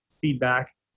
feedback